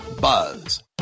.buzz